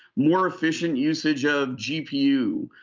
more efficient usage of gpu.